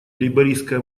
лейбористская